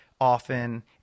often